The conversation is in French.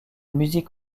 music